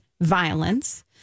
violence